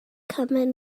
common